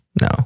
No